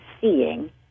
seeing